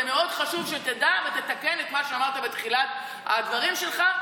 זה מאוד חשוב שתדע ותתקן את מה שאמרת בתחילת הדברים שלך,